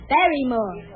Barrymore